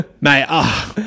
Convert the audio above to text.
Mate